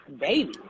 baby